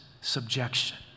subjection